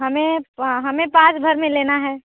हमें हमें पाँच भर में लेना है